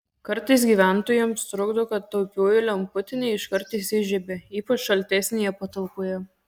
kartais gyventojams trukdo kad taupioji lemputė ne iškart įsižiebia ypač šaltesnėje patalpoje